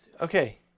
Okay